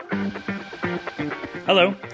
Hello